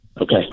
Okay